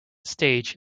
stage